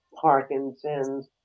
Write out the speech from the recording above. Parkinson's